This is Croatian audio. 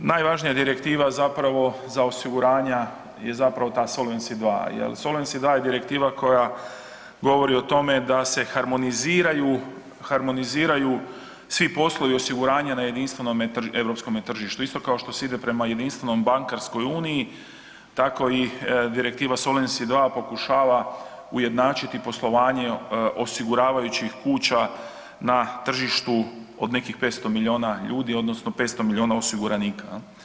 Najvažnija direktiva zapravo za osiguranja je zapravo ta Solvency II, jer Solvency II je direktiva koja govori o tome da se harmoniziraju svi poslovi osiguranja na jedinstvenome europskome tržištu, isto kao što se ide prema jedinstvenom bankarskoj uniji, tako i direktiva Solvency II pokušava ujednačiti poslovanje osiguravajućih kuća na tržištu od nekih 500 milijuna ljudi, odnosno 500 milijuna osiguranika.